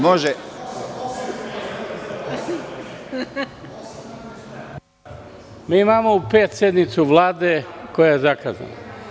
Mi imamo u pet sednicu Vlade, koja je zakazana.